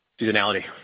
Seasonality